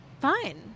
fine